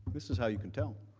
this is how you can tell.